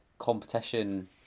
Competition